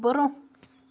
برٛۄنٛہہ